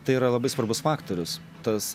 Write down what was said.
tai yra labai svarbus faktorius tas